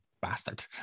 bastard